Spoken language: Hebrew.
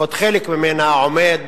שלפחות חלק ממנה עומד